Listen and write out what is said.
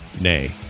nay